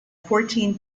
fourteen